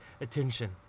attention